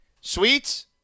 Sweets